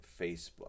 Facebook